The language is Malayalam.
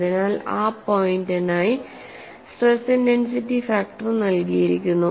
അതിനാൽ ഈ പോയിന്റിനായി സ്ട്രെസ് ഇന്റൻസിറ്റി ഫാക്ടർ നൽകിയിരിക്കുന്നു